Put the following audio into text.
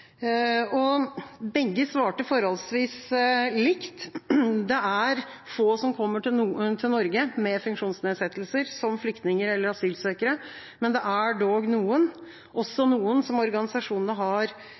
nivåer? Begge svarte forholdsvis likt. Det er få flyktninger eller asylsøkere med funksjonsnedsettelser som kommer til Norge, men det er dog noen – også noen som organisasjonene har